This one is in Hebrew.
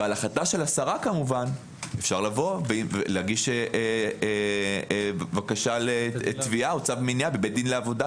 ועל החלטה של השרה אפשר להגיש בקשה לתביעה או צו מניעה בבית דין לעבודה.